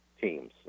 teams